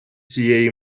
цієї